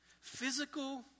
Physical